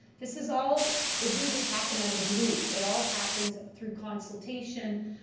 this is all it didn't just happen out of the blue it all happens through consultation,